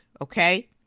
okay